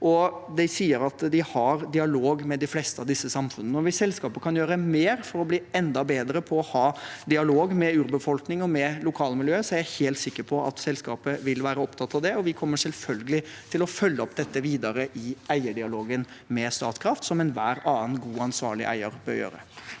de sier at de har dialog med de fleste av disse samfunnene. Hvis selskapet kan gjøre mer for å bli enda bedre på å ha dialog med urbefolkningen og med lokalmiljøet, er jeg helt sikker på at selskapet vil være opptatt av det. Vi kommer selvfølgelig til å følge opp dette videre i eierdialogen med Statkraft, som enhver annen god, ansvarlig eier bør gjøre.